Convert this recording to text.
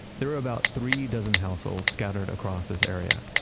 there are about three dozen households scattered across this area,